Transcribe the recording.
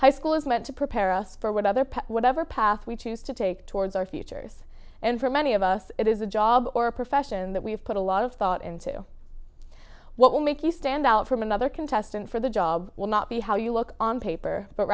high school is meant to prepare us for what other path whatever path we choose to take towards our futures and for many of us it is a job or a profession that we've put a lot of thought into what will make you stand out from another contestant for the job will not be how you look on paper but